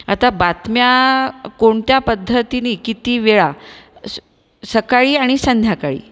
आता बातम्या कोणत्या पद्धतीने किती वेळा सकाळी आणि संध्याकाळी